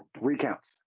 recounts